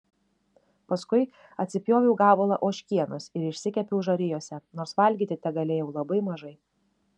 paskui atsipjoviau gabalą ožkienos ir išsikepiau žarijose nors valgyti tegalėjau labai mažai